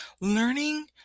learning